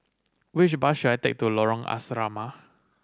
which bus should I take to Lorong Asrama